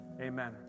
Amen